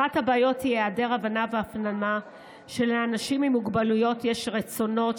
אחת הבעיות היא היעדר הבנה והפנמה שלאנשים עם מוגבלויות יש רצונות,